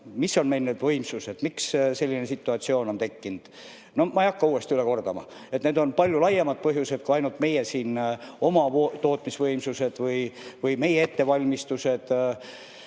mis on meil need võimsused, miks selline situatsioon on tekkinud. Ma ei hakka uuesti üle kordama. Need on palju laiemad põhjused, kui ainult meie oma tootmisvõimsused või meie ettevalmistused.